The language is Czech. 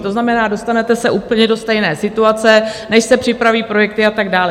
To znamená, dostanete se úplně do stejné situace, než se připraví projekty a tak dále.